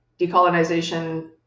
decolonization